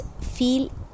feel